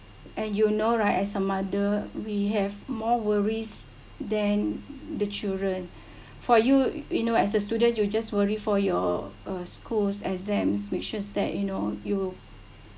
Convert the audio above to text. and you know right as a mother we have more worries than the children for you you know as a student you just worry for your uh schools exams make sure that you know you